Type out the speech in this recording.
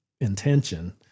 intention